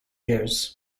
years